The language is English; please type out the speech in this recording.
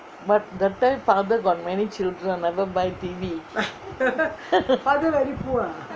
but that time father got many children never buy T_V